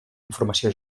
informació